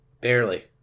barely